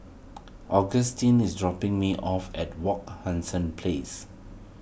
Agustin is dropping me off at Wak Hassan Place